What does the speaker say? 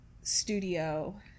studio